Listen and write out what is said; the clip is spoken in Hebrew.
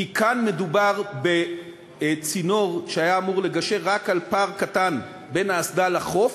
כי כאן מדובר בצינור שהיה אמור לגשר רק על פער קטן בין האסדה לחוף,